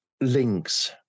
links